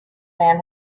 man